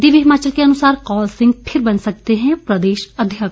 दिव्य हिमाचल के अनुसार कौल सिंह फिर बन सकते हैं प्रदेश अध्यक्ष